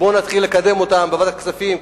בוא נתחיל לקדם אותן בוועדת הכספים,